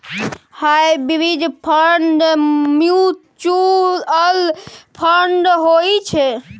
hybrid fund mutual fund होइ छै